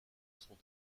sont